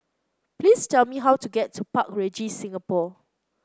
please tell me how to get to Park Regis Singapore